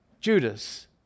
Judas